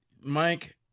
Mike